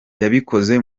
yabikoze